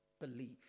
believe